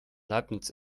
leibniz